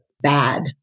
bad